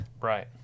Right